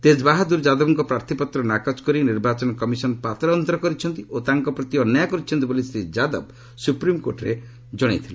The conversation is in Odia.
ତେଜ୍ ବାହାଦୁର ଯାଦବଙ୍କ ପ୍ରାର୍ଥୀପତ୍ର ନାକଚ କରି ନିର୍ବାଚନ କମିଶନ ପାତର ଅନ୍ତର କରିଛନ୍ତି ଓ ତାଙ୍କ ପ୍ରତି ଅନ୍ୟାୟ କରିଛନ୍ତି ବୋଲି ଶ୍ରୀ ଯାଦବ ସୁପ୍ରିମକୋର୍ଟରେ ଜଣାଇଛନ୍ତି